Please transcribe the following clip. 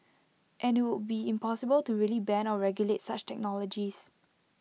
and IT would be impossible to really ban or regulate such technologies